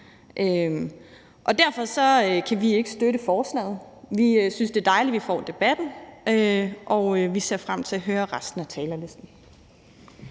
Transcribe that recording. Derfor kan vi ikke støtte forslaget. Vi synes, det er dejligt, at vi får debatten, og vi ser frem til at høre resten af talerne.